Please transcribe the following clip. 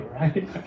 right